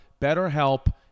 BetterHelp